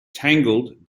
tangled